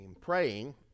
praying